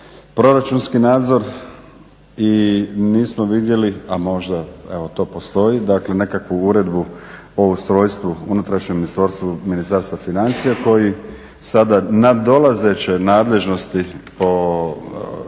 proračunski nadzor i nismo vidjeli, a možda evo to postoji, dakle nekakvu uredbu o unutrašnjem ustrojstvu Ministarstva financija koji sada nadolazeće nadležnosti o